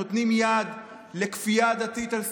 נותנים יד לכפייה דתית על סטרואידים?